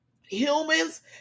humans